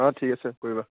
অঁ ঠিক আছে কৰিবা